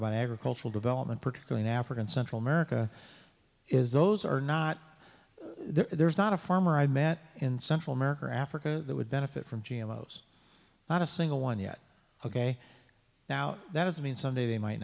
about agricultural development particularly in africa and central america is those are not there's not a farmer i met in central america or africa that would benefit from g m knows not a single one yet ok now that doesn't mean someday they might